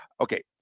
Okay